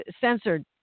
censored